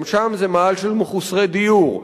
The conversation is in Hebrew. גם שם זה מאהל של מחוסרי דיור.